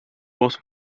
was